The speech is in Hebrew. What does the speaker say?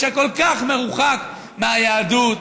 שכל כך מרוחק מהיהדות,